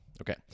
Okay